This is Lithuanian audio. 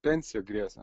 pensija grėsė